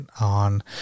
on